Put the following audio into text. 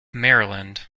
maryland